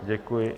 Děkuji.